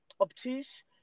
obtuse